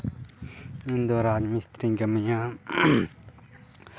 ᱤᱧ ᱫᱚ ᱨᱟᱡᱽ ᱢᱤᱥᱛᱤᱨᱤᱧ ᱠᱟᱹᱢᱤᱭᱟ